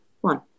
one